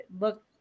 look